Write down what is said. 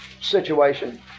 situation